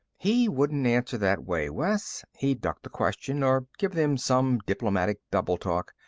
he wouldn't answer that way, wes. he'd duck the question or give them some diplomatic double-talk.